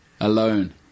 alone